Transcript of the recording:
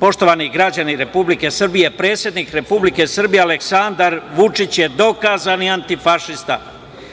Poštovani građani Republike Srbije, predsednik Republike Srbije Aleksandar Vučić je dokazani antifašista. Koji